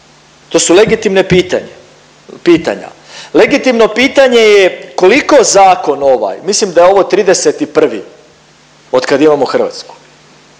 To su legitimna pitanja. Legitimno pitanje je, koliko zakon ovaj, mislim da je ovo 31. od kad imamo Hrvatsku,